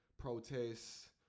protests